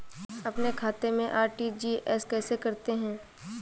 अपने खाते से आर.टी.जी.एस कैसे करते हैं?